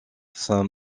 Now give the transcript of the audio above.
saint